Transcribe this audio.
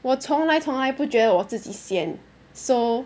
我从来从来不觉得我自己 sian so